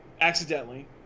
accidentally